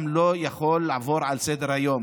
אי-אפשר לעבור לסדר-היום.